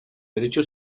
derecho